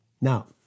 Now